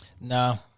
No